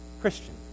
Christian